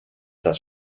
das